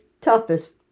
toughest